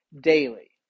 daily